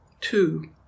Two